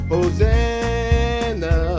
Hosanna